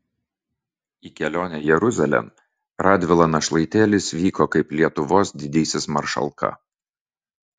į kelionę jeruzalėn radvila našlaitėlis vyko kaip lietuvos didysis maršalka